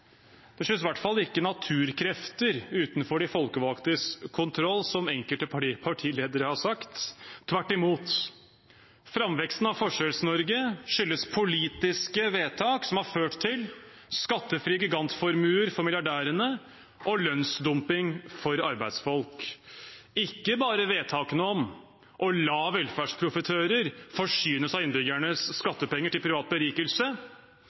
Det skyldes i hvert fall ikke naturkrefter utenfor de folkevalgtes kontroll, som enkelte partiledere har sagt. Tvert imot skyldes framveksten av Forskjells-Norge politiske vedtak som har ført til skattefrie gigantformuer for milliardærene og lønnsdumping for arbeidsfolk, ikke bare vedtakene om å la velferdsprofitører forsyne seg av innbyggernes skattepenger til privat berikelse,